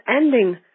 ending